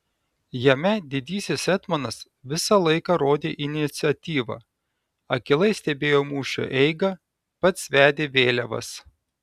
jame didysis etmonas visą laiką rodė iniciatyvą akylai stebėjo mūšio eigą pats vedė vėliavas